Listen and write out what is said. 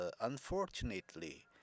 unfortunately